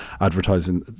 advertising